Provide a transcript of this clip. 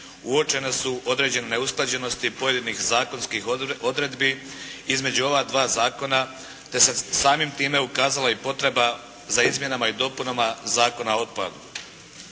uočene su određene neusklađenosti pojedinih zakonskih odredbi između ova dva zakona, te se samim time ukazala i potreba za izmjenama i dopunama Zakona o otpadu.